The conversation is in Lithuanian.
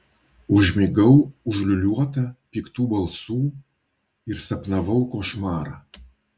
užmigau užliūliuota piktų balsų ir sapnavau košmarą